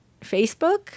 Facebook